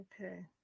Okay